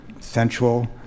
sensual